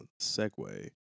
segue